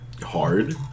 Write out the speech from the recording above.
hard